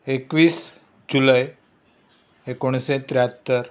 एकवीस जुलय एकोणिशें त्र्यात्तर